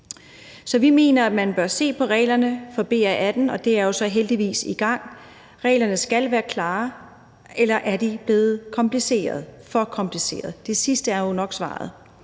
Så vi mener, at man bør se på reglerne for BR18, og det er jo så heldigvis i gang. Reglerne skal være klarere. Er de blevet komplicerede – for komplicerede? Det sidste er jo nok svaret.